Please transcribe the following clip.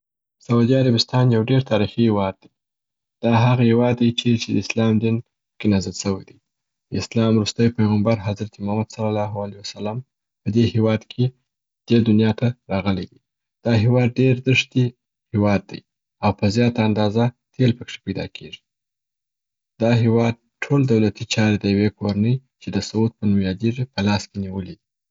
سعودی عربستان یو ډير تاریخي هیواد دی. دا هغه هیواد دی چیري چې د اسلام دین پکي نازل سوي دی. د اسلام وروستی پیغمبر حضرت محمد صلی الله الی وصلم په دې هیواد کي دې دونیا ته راغلی دی. دا هیواد ډیر دښتي هیواد دی او په زیاته اندازه تیل پکښي پیدا کیږي. دا هیواد ټول دولتي چاري د یوې کورنۍ چې د سعود په نوم یادیږي، په لاس کي دي.